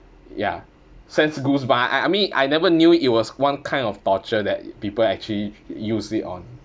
ya sends goosebumps I I mean I never knew it was one kind of torture that people actually use it on